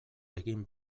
egin